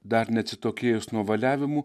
dar neatsitokėjus nuo valiavimų